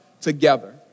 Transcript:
together